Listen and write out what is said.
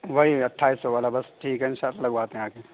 وہی اٹھائیس سو والا بس ٹھیک ہے ان شاء اللہ لگواتے ہیں آ کے